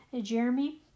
Jeremy